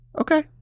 Okay